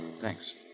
Thanks